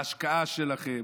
בהשקעה שלכם,